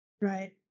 Right